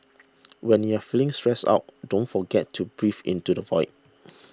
when you are feeling stressed out don't forget to breathe into the void